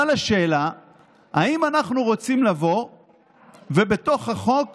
אבל השאלה היא אם אנחנו רוצים לבוא ובתוך החוק